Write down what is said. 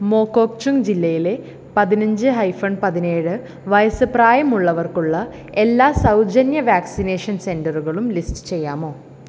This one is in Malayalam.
മോകോക്ചുങ് ജില്ലയിലെ പതിനഞ്ച് ഹൈഫൺ പതിനേഴ് വയസ്സ് പ്രായമുള്ളവർക്കുള്ള എല്ലാ സൗജന്യ വാക്സിനേഷൻ സെൻറ്ററുകളും ലിസ്റ്റ് ചെയ്യാമോ